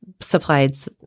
supplies